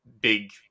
big